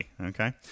Okay